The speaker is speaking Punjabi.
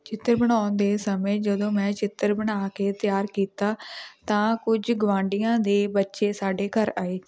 ਚਿੱਤਰ ਬਣਾਉਣ ਦੇ ਸਮੇਂ ਜਦੋਂ ਮੈਂ ਚਿੱਤਰ ਬਣਾ ਕੇ ਤਿਆਰ ਕੀਤਾ ਤਾਂ ਕੁਝ ਗੁਆਂਢੀਆਂ ਦੇ ਬੱਚੇ ਸਾਡੇ ਘਰ ਆਏ